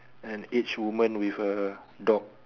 an aged woman with a dog